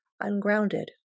ungrounded